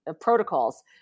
protocols